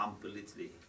completely